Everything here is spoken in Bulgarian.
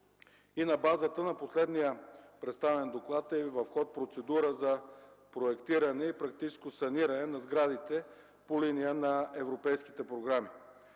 и на базата на последния представен доклад, е в ход процедура за проектиране и практическо саниране на сградите по линия на европейските програми.